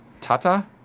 Tata